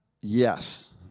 Yes